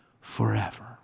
forever